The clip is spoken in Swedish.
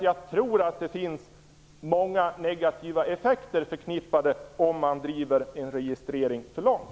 Jag tror nämligen att många negativa effekter är förknippade med en registrering som drivs alltför långt.